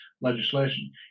legislation